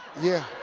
yeah,